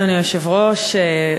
אדוני היושב-ראש,